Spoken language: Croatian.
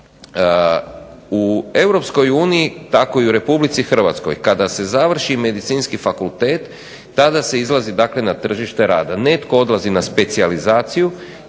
uniji, tako i u Republici Hrvatskoj, kada se završi Medicinski fakultet tada se izlazi dakle na tržište rada, netko odlazi na specijalizaciju